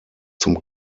zum